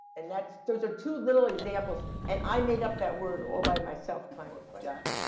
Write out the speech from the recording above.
and that's, those are two little examples and i made up that word all by myself, kind of john?